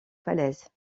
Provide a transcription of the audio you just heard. falaise